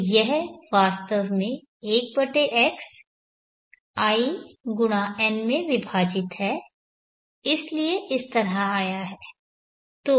तो यह वास्तव में 1x i×n में विभाजित है इसलिए इस तरह आया है